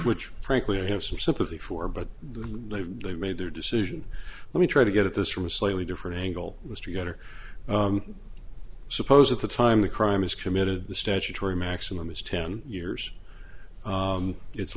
which frankly i have some sympathy for but they made their decision let me try to get at this from a slightly different angle was to get or suppose at the time the crime is committed the statutory maximum is ten years